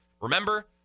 Remember